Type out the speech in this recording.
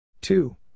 Two